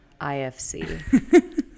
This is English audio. IFC